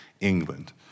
England